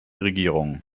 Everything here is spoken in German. regierungen